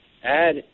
add